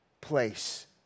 place